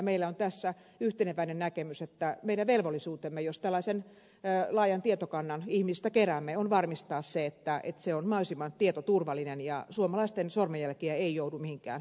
meillä on tässä yhteneväinen näkemys että meidän velvollisuutemme jos tällaisen laajan tietokannan ihmisistä keräämme on varmistaa se että se on mahdollisimman tietoturvallinen eikä suomalaisten sormenjälkiä joudu mihinkään vääriin käsiin